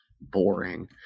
boring